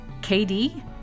KD